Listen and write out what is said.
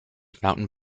mountain